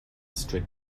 strict